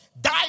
Die